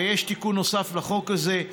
ויש תיקון נוסף לחוק הזה.